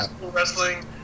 wrestling